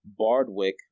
Bardwick